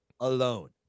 alone